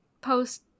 post